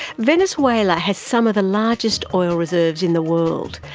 venezuela has some of the largest oil reserves in the world,